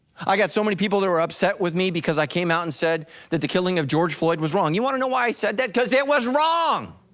i got so many people that were upset with me because i came out and said that the killing of george floyd was wrong, you wanna know why he said that? cause it was wrong.